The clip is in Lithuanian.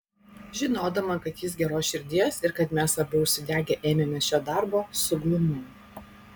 žinodama kad jis geros širdies ir kad mes abu užsidegę ėmėmės šio darbo suglumau